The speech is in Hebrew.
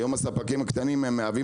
היום הספקים הקטנים מהווים